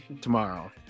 tomorrow